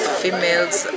females